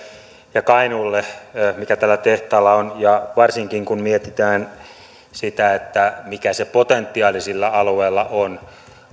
ja kainuulle mikä tällä tehtaalla on ja varsinkin kun mietitään sitä mikä se potentiaali sillä alueella on